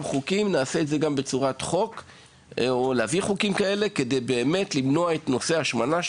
נחוקק גם חוקים כאלה כדי באמת למנוע את נושא ההשמנה,